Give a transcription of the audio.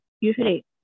usually